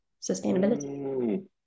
sustainability